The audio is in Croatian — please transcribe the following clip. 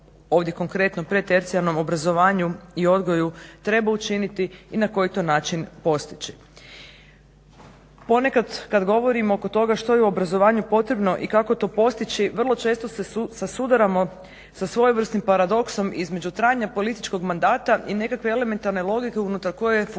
ovdje konkretno pred tercijarnom obrazovanju i odgoju treba učiniti i na koji to način postići. Ponekad kad govorimo oko toga što je u obrazovanju potrebno i kako to postići vrlo često se sudaramo sa svojevrsnim paradoksom između trajanja političkog mandata i nekakve elementarne logike unutar koje funkcioniraju